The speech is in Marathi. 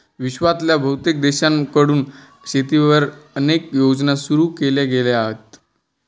विश्वातल्या बहुतेक देशांकडून शेतीवर अनेक योजना सुरू केल्या गेल्या आहेत